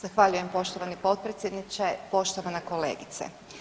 Zahvaljujem poštovani potpredsjedniče, poštovana kolegice.